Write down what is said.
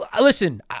listen